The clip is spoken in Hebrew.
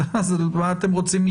אז מה אתם רוצים?